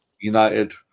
United